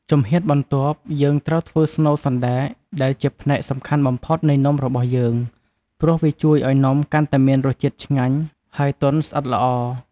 ជំហានបន្ទាប់ យើងត្រូវធ្វើស្នូលសណ្ដែក ដែលជាផ្នែកសំខាន់បំផុតនៃនំរបស់យើង ព្រោះវាជួយឱ្យនំកាន់តែមានរសជាតិឆ្ងាញ់ ហើយទន់ស្អិតល្អ។